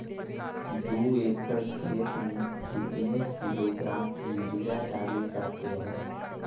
दू एकड़ खेत में कितने किलोग्राम यूरिया डाले जाते हैं?